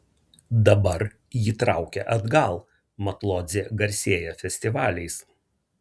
dabar jį traukia atgal mat lodzė garsėja festivaliais